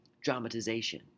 dramatization